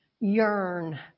yearn